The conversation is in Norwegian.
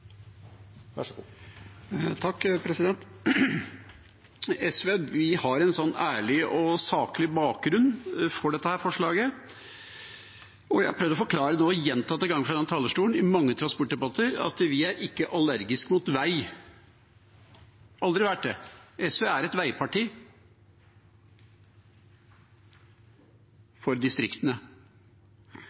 saklig bakgrunn for dette forslaget, og jeg har prøvd å forklare, gjentatte ganger, fra denne talerstolen i mange transportdebatter at vi ikke er allergiske mot vei. Vi har aldri vært det. SV er et veiparti – for distriktene.